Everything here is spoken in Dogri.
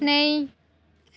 नेईं